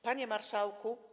Panie Marszałku!